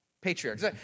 patriarchs